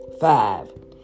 five